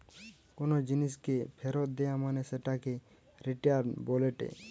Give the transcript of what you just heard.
কোনো জিনিসকে ফেরত দেয়া মানে সেটাকে রিটার্ন বলেটে